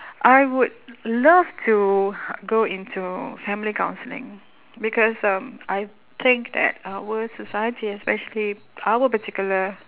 I would love to go into family counselling because um I think that our society especially our particular